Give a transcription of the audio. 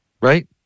Right